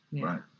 right